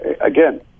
again